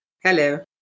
Hello